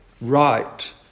right